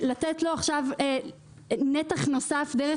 לתת לו עכשיו נתח נוסף דרך